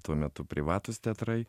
tuo metu privatūs teatrai